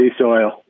Soil